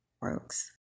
works